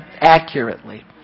Accurately